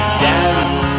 dance